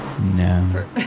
No